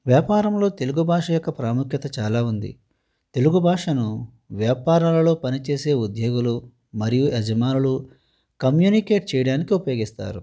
వ్యాపారంలో తెలుగు భాష యొక్క ప్రాముఖ్యత చాలా ఉంది తెలుగు భాషను వ్యాపారాలలో పనిచేసే ఉద్యోగులు మరియు యజమానులు కమ్యూనికేట్ చేయడానికి ఉపయోగిస్తారు